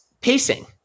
Pacing